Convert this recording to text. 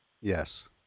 Yes